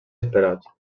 esperat